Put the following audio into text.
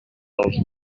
els